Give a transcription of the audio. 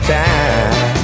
time